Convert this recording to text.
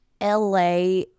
LA